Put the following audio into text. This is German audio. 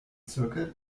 zirkel